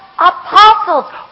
apostles